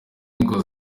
ngo